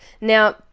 Now